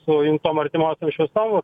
su įjungtom artimosiom šviesom